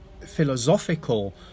philosophical